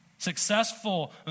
successful